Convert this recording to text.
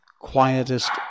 quietest